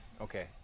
Okay